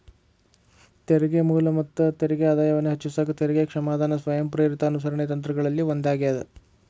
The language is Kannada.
ತೆರಿಗೆ ಮೂಲ ಮತ್ತ ತೆರಿಗೆ ಆದಾಯವನ್ನ ಹೆಚ್ಚಿಸಕ ತೆರಿಗೆ ಕ್ಷಮಾದಾನ ಸ್ವಯಂಪ್ರೇರಿತ ಅನುಸರಣೆ ತಂತ್ರಗಳಲ್ಲಿ ಒಂದಾಗ್ಯದ